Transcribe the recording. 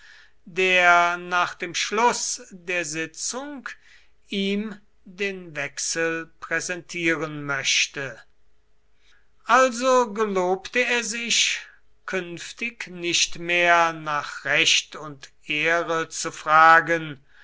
der nach dem schluß der sitzung ihm den wechsel präsentieren möchte also gelobte er sich künftig nicht mehr nach recht und ehre zu fragen